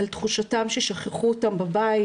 על תחושתם ששכחו אותם בבית,